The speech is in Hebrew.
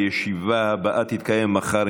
הישיבה הבאה תתקיים מחר,